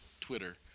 Twitter